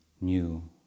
new